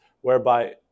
whereby